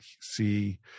see